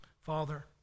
Father